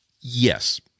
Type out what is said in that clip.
Yes